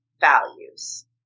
values